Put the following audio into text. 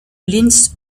linz